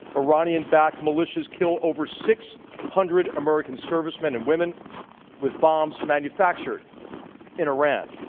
iranian-backed militias kill over six hundred american servicemen and women with bombs manufactured in iran.